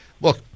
look